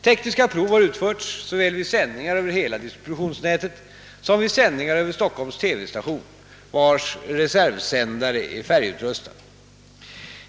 Tekniska prov har utförts såväl vid sändningar över hela distributionsnätet som vid sändningar över Stockholms TV-station, vars reservsändare är färgutrustad.